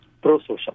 pro-social